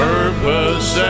Purpose